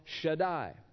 Shaddai